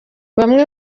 bamwe